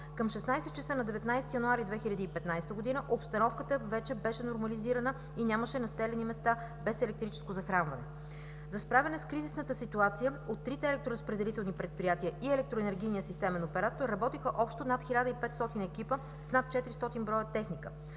към 16,00 ч. на 19 януари 2016 г. обстановката вече беше нормализирана и нямаше населени места без електрическо захранване. За справяне с кризисната ситуация от трите електроразпределителни предприятия и Електроенергийния системен оператор работеха общо над 1500 екипа с над 400 броя техника.